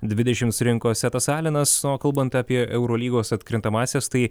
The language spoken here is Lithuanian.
dvidešim surinko setas alenas na o kalbant apie eurolygos atkrintamąsias tai